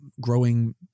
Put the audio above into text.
growing